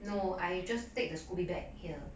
no I just take the scoby back here